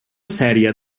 sèrie